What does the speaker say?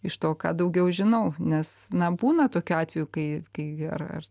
iš to ką daugiau žinau nes na būna tokių atvejų kai kai ar ar